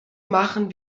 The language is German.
machen